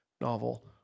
novel